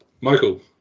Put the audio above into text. Michael